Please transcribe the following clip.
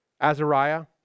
Azariah